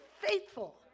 faithful